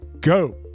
go